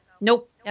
nope